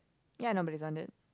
ya nobody's on that